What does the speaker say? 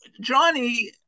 Johnny